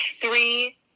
three